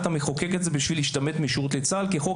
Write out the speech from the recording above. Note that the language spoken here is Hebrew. אתה מחוקק את זה בשביל להשתמט משירות בצה"ל כי החוק